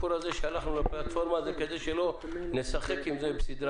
הלכנו לפלטפורמה הזאת כדי שלא נשחק בזה עם סדרי